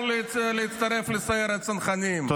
יכול להצטרף לסיירת צנחנים.